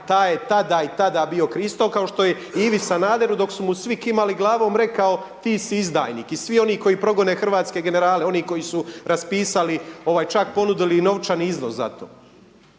taj je tada i tada bio Kristo, kao što je i Ivi Sanaderu dok su mu svi kimali glavom rekao ti si izdajnik i svi oni koji progone hrvatske generale, oni koji su raspisali, čak i ponudili novčani iznos za to.